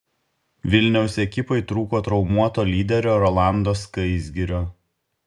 vilniaus ekipai trūko traumuoto lyderio rolando skaisgirio